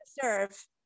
serve